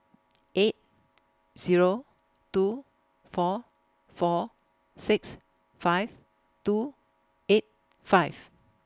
eight Zero two four four six five two eight five